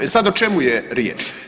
I sad o čemu je riječ?